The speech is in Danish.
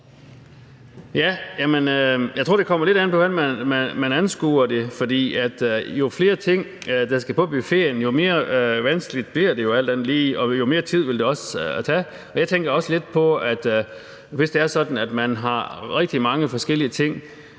Jeg tror, det kommer lidt an på, hvordan man anskuer det, for jo flere ting, der skal på buffeten, jo mere vanskeligt bliver det jo alt andet lige, og jo mere tid vil det også tage. Jeg tænker også lidt på, at man, hvis det er sådan, at man har rigtig mange forskellige ting